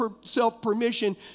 self-permission